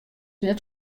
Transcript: net